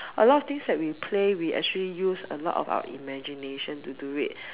a lot of things that we play we actually use a lot of our imagination to do it